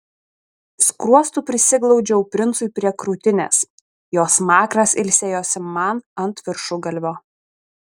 skruostu prisiglaudžiau princui prie krūtinės jo smakras ilsėjosi man ant viršugalvio